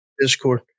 Discord